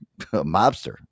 mobster